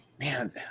Man